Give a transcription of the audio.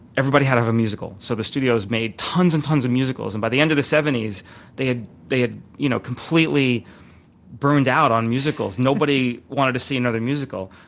everybody had to have a musical. so the studios made tons and tons of musicals, and by the end of the seventy s they had they had you know completely burned out on musicals. nobody wanted to see another musical.